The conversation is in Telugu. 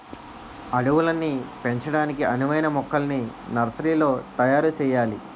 అడవుల్ని పెంచడానికి అనువైన మొక్కల్ని నర్సరీలో తయారు సెయ్యాలి